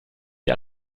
die